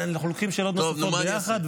אנחנו לוקחים שאלות נוספות יחד.